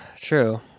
True